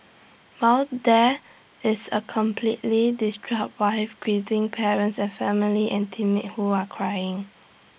while there is A completely distraught wife grieving parents and family and teammates who are crying